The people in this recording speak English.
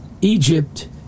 Egypt